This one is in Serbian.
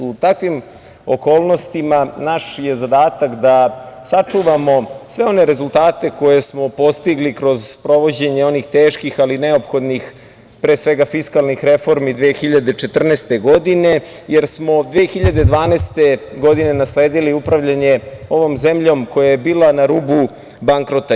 U takvim okolnostima naš je zadatak da sačuvamo sve one rezultate koje smo postigli kroz sprovođenje onih teških ali neophodnih, pre svega fiskalnih reformi 2014. godine, jer smo 2012. godine nasledili upravljanje ovom zemljom koja je bila na rubu bankrota.